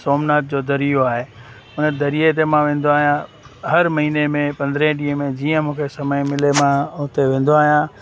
सोमनाथ जो दरियो आहे उन दरिये ते मां वेंदो आहियां हर महिने में पंद्रहें ॾींहं में जीअं मूंखे समय मिले मां उते वेंदो आहियां